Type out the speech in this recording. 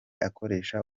akoresha